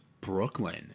Brooklyn